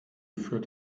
führt